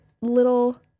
little